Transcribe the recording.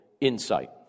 insight